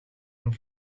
een